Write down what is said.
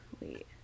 Wait